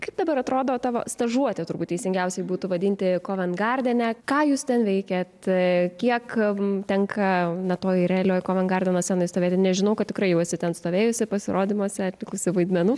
kaip dabar atrodo tavo stažuotė turbūt teisingiausiai būtų vadinti kovengardene ką jūs ten veikiat kiek tenka na toj realioj kovengardeno scenoj stovėti nes žinau kad tikrai jau esi ten stovėjusi pasirodymuose atlikusi vaidmenų